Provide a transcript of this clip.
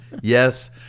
Yes